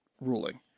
ruling